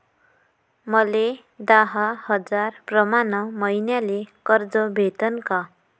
मले दहा हजार प्रमाण मईन्याले कर्ज भेटन का?